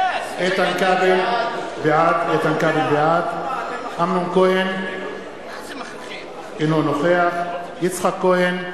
בעד אמנון כהן, אינו נוכח יצחק כהן,